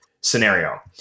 scenario